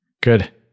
good